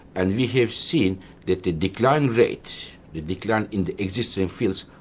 and we have seen that the decline rate, the decline in the existing fields,